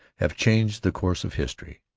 have changed the course of history.